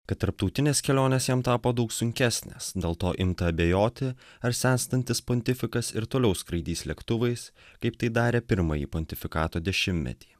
kad tarptautinės kelionės jam tapo daug sunkesnės dėl to imta abejoti ar senstantis pontifikas ir toliau skraidys lėktuvais kaip tai darė pirmąjį pontifikato dešimtmetį